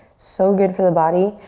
so good for the body,